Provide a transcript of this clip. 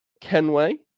Kenway